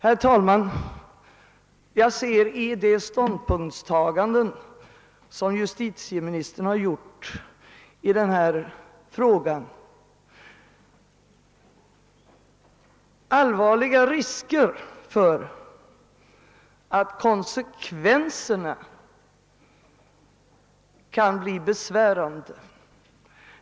Justitieministerns ståndpunktstaganden inger mig allvarliga farhågor för att de kan leda till besvärande konsekvenser.